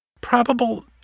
Probable